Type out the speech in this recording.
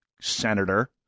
Senator